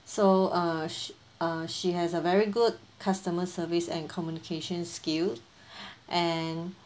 so uh she uh she has a very good customer service and communication skill and